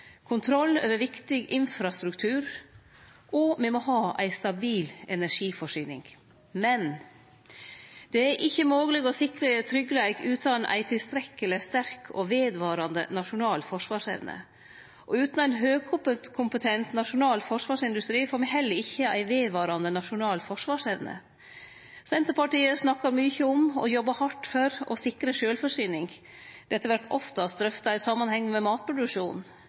kontroll over viktig infrastruktur, og me må ha ei stabil energiforsyning. Men det er ikkje mogleg å sikre tryggleik utan ei tilstrekkeleg sterk og vedvarande nasjonal forsvarsevne. Og utan ein høgkompetent nasjonal forsvarsindustri får me heller ikkje ei vedvarande nasjonal forsvarsevne. Senterpartiet snakkar mykje om og jobbar hardt for å sikre sjølvforsyning. Dette vert oftast drøfta i samanheng med matproduksjon.